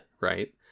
right